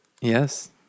Yes